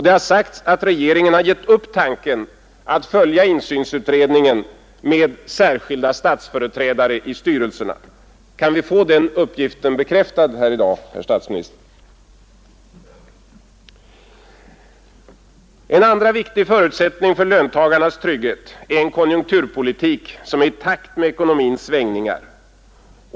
Det har sagts att regeringen har gett upp tanken att följa insynsutredningen med särskilda statsföreträdare i styrelserna. Kan vi få den uppgiften bekräftad här i dag, herr statsminister? En andra viktig förutsättning för löntagarnas trygghet är en konjunkturpolitik som är i takt med ekonomins svängningar.